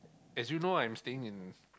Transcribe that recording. as you know I'm staying in